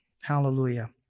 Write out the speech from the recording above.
Hallelujah